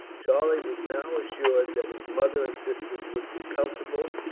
charlie was now assured that his mother and sisters would be comfortable,